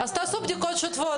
אז תעשו בדיקות שוטפות.